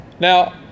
Now